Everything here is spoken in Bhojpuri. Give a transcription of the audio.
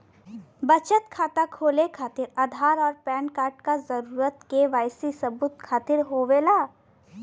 बचत खाता खोले खातिर आधार और पैनकार्ड क जरूरत के वाइ सी सबूत खातिर होवेला